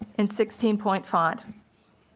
and sixteen point font.